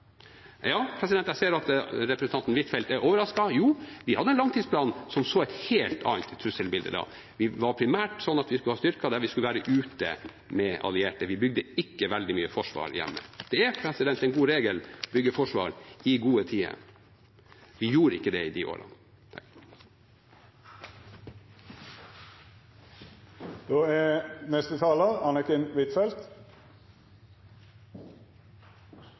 Jeg ser at representanten Huitfeldt er overrasket – jo, vi hadde en langtidsplan som så et helt annet trusselbilde da. Det var primært slik at vi skulle ha styrker der vi skulle være ute med allierte. Vi bygde ikke veldig mye forsvar hjemme. Det er en god regel å bygge forsvar i gode tider. Vi gjorde ikke det i de årene.